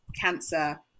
cancer